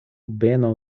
beno